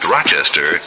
Rochester